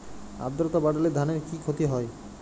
আদ্রর্তা বাড়লে ধানের কি ক্ষতি হয়?